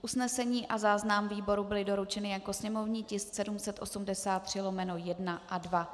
Usnesení a záznam výboru byly doručeny jako sněmovní tisk 783/1 a 2.